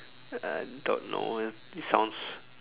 I don't know it it sounds